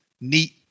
neat